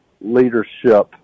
leadership